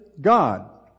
God